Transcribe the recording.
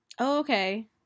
okay